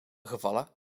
gevallen